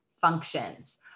functions